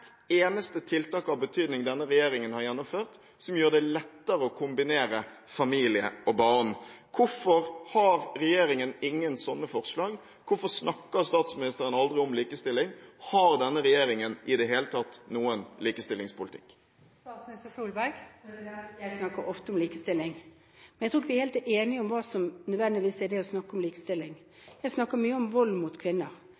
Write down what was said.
eneste tiltak av betydning denne regjeringen har gjennomført, som gjør det lettere å kombinere det med familie og barn. Hvorfor har regjeringen ingen sånne forslag? Hvorfor snakker statsministeren aldri om likestilling? Har denne regjeringen i det hele tatt noen likestillingspolitikk? Jeg snakker ofte om likestilling. Men jeg tror ikke vi er helt enige om hva som nødvendigvis er å snakke om